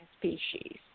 species